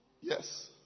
Yes